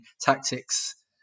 tactics